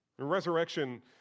Resurrection